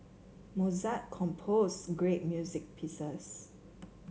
Mozart composed great music pieces